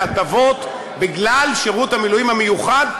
מהטבות בגלל שירות המילואים המיוחד,